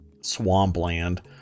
swampland